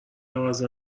عوض